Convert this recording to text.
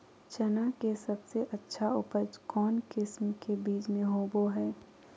चना के सबसे अच्छा उपज कौन किस्म के बीच में होबो हय?